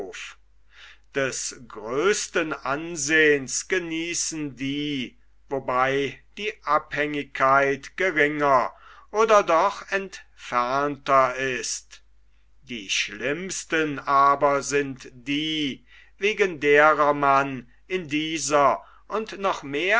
des größten ansehns genießen die wobei die abhängigkeit geringer oder doch entfernter ist die schlimmsten aber sind die wegen derer man in dieser und noch mehr